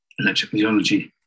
electrophysiology